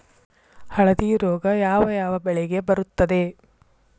ಹಳದಿ ರೋಗ ಯಾವ ಯಾವ ಬೆಳೆಗೆ ಬರುತ್ತದೆ?